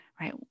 right